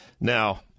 Now